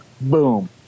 boom